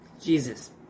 Jesus